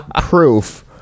proof